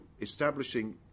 establishing